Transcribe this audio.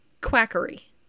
Quackery